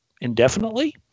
indefinitely